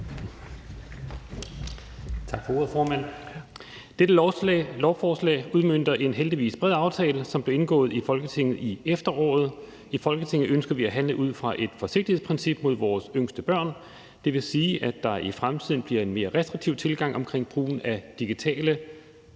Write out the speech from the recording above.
Tak for ordet, formand. Dette lovforslag udmønter en heldigvis bred aftale, som blev indgået i Folketinget i efteråret. I Folketinget ønsker vi at handle ud fra et forsigtighedsprincip for vores yngste børn. Det vil sige, at der i fremtiden bliver en mere restriktiv tilgang omkring brugen af digitale